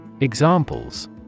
Examples